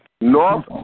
North